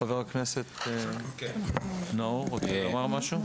חבר הכנסת נאור, רוצה לומר משהו?